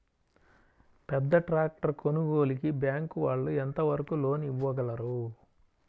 పెద్ద ట్రాక్టర్ కొనుగోలుకి బ్యాంకు వాళ్ళు ఎంత వరకు లోన్ ఇవ్వగలరు?